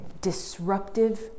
disruptive